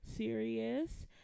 serious